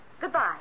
Goodbye